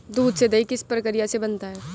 दूध से दही किस प्रक्रिया से बनता है?